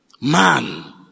man